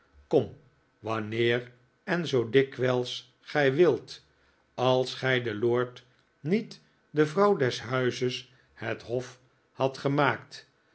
kom wanneer en zoo dikwijls gij wilt als gij de lord niet de vrouw des huizes het hof hadt gemaakt